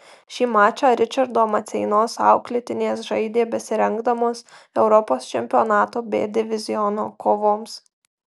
šį mačą ričardo maceinos auklėtinės žaidė besirengdamos europos čempionato b diviziono kovoms